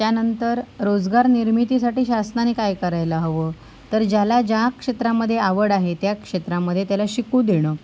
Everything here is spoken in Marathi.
त्यानंतर रोजगार निर्मितीसाठी शासनाने काय करायला हवं तर ज्याला ज्या क्षेत्रामध्ये आवड आहे त्या क्षेत्रामध्ये त्याला शिकू देणं